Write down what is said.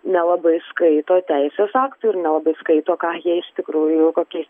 nelabai skaito teisės aktų ir nelabai skaito ką jie iš tikrųjų kokiais